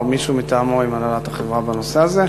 או מישהו מטעמו ידבר עם הנהלת החברה בנושא הזה,